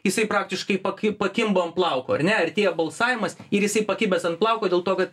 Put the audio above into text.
jisai praktiškai kaip pakimba ant plauko ar ne artėja balsavimas ir jisai pakibęs ant plauko dėl to kad